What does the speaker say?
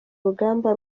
rugamba